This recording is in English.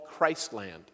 Christland